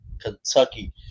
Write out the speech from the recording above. Kentucky